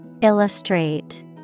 Illustrate